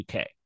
UK